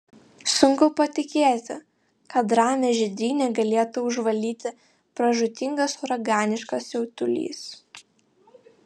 sunku patikėti kad ramią žydrynę galėtų užvaldyti pražūtingas uraganiškas siautulys